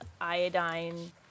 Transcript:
Iodine